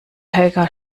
hacker